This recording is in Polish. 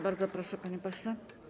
Bardzo proszę, panie pośle.